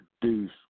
produce